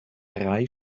drei